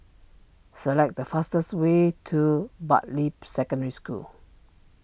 select the fastest way to Bartley Secondary School